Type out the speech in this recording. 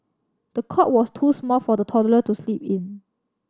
the cot was too small for the toddler to sleep in